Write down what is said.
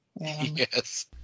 Yes